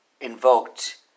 invoked